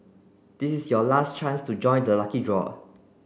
this is your last chance to join the lucky draw